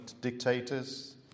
dictators